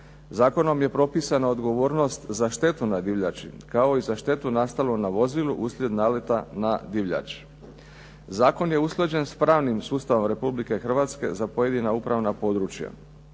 Zakonom je propisana odgovornost za štetu na divljači kao i za štetu nastalu na vozilu uslijed naleta na divljač. Zakon je usklađen sa pravnim sustavom Republike Hrvatske za pojedina upravna područja.